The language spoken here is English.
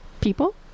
people